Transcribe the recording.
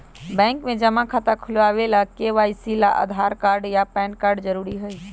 bank में जमा खाता खुलावे ला के.वाइ.सी ला आधार कार्ड आ पैन कार्ड जरूरी हई